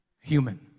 human